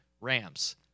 rams